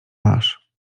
masz